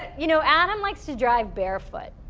you know adam likes to drive barefoot